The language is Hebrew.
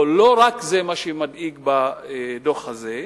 או לא רק זה מה שמדאיג בדוח הזה.